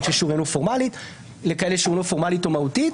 ששוריינו פורמלית לכאלה ששוריינו פורמלית או מהותית,